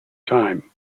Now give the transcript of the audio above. time